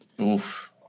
Oof